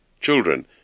children